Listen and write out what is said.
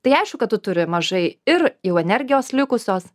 tai aišku kad tu turi mažai ir jau energijos likusios